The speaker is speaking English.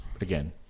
again